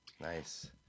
Nice